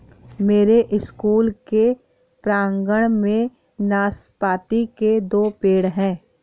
मेरे स्कूल के प्रांगण में नाशपाती के दो पेड़ हैं